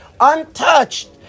untouched